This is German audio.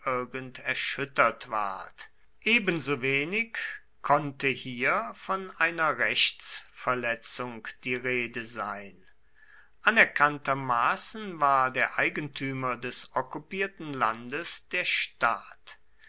erschüttert ward ebensowenig konnte hier von einer rechtsverletzung die rede sein anerkanntermaßen war der eigentümer des okkupierten landes der staat